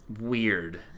Weird